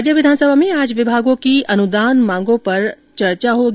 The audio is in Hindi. राज्य विधानसभा में आज विभागों की अनुदान मांगों पर चर्चा होगी